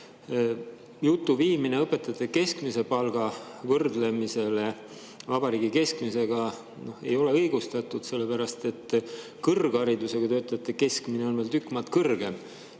jutu viimine õpetajate keskmise palga võrdlemisele vabariigi keskmisega ei ole õigustatud, sellepärast et kõrgharidusega töötajate keskmine on veel tükk maad kõrgem